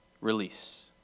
release